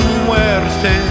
muerte